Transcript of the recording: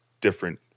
different